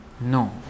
No